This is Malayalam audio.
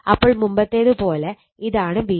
അപ്പോൾ മുമ്പത്തേതു പോലെ ഇതാണ് Van